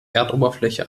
erdoberfläche